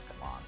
long